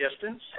distance